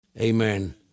Amen